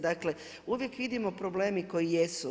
Dakle, uvijek vidimo problemi koji jesu.